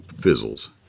fizzles